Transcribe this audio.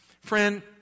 Friend